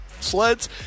sleds